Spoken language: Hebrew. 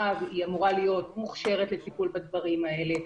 אמורה להיות מוכשרת לטיפול בדברים האלה.